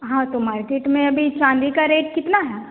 हाँ तो मार्केट में अभी चाँदी का रेट कितना है